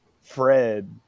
Fred